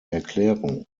erklärung